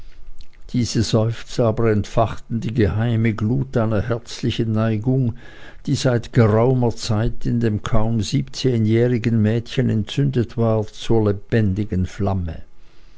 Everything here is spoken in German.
diese seufzer aber entfachten die geheime glut einer herzlichen neigung die seit geraumer zeit in dem kaum siebzehnjährigen mädchen entzündet war zur lebendigen flamme